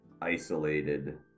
isolated